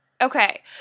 Okay